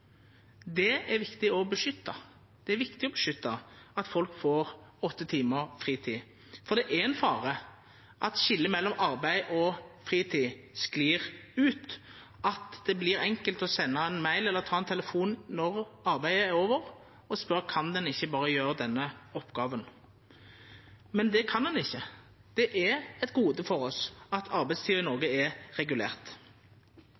Det er viktig å verna om. Det er viktig å verna om at folk får åtte timar fritid. For det er ein fare for at skiljet mellom arbeid og fritid sklir ut, at det vert enkelt å senda ein mail eller ta ein telefon når arbeidet er over, og spørja: Kan du ikkje berre gjera denne oppgåva? Men det kan ein ikkje. Det er eit gode for oss at arbeidstida i